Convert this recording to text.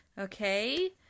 Okay